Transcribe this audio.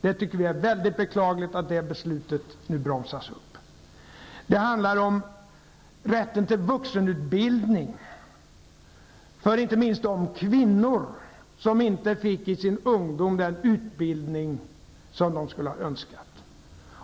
Vi tycker att det är väldigt beklagligt att detta beslut nu bromsas upp. Det handlar om rätten till vuxenutbildning, inte minst för de kvinnor som i sin ungdom inte fick den utbildning som de hade önskat.